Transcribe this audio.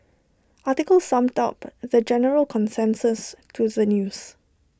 article summed up the general consensus to the news